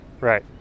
Right